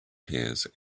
pears